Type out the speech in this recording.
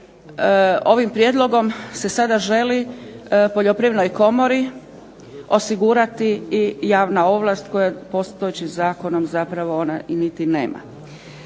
ovim prijedlogom se sada želi Poljoprivrednoj komori osigurati i javna ovlast koja postojećim zakonom zapravo ona i niti nema.